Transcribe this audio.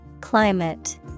Climate